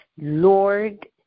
Lord